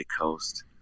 Coast